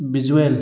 visual